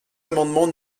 amendement